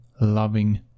loving